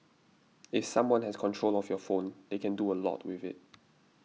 if someone has control of your phone they can do a lot with it